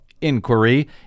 inquiry